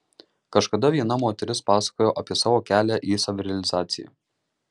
kažkada viena moteris pasakojo apie savo kelią į savirealizaciją